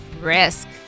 risk